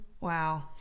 Wow